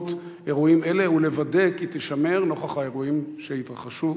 ולוודא כי היא תישמר,